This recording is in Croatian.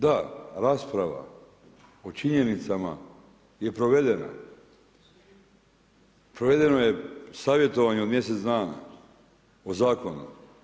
Da, rasprava o činjenicama je provedena, provedeno je savjetovanje od mjesec dana o zakonu.